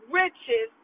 riches